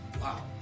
wow